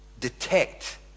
detect